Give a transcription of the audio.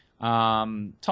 Tom